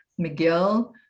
McGill